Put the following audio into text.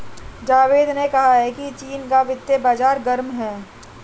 जावेद ने कहा कि चीन का वित्तीय बाजार गर्म है